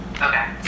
Okay